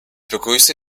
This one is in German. begrüße